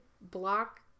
block